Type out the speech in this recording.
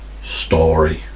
story